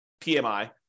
PMI